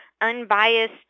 unbiased